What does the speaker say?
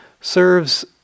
serves